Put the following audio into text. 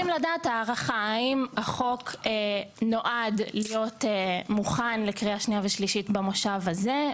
האם החוק נועד להיות מוכן לקריאה שנייה ושלישית במושב הזה,